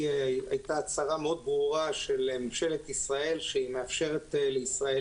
כאשר אזורים שכרגע מוכרזים